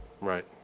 Right